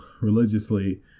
religiously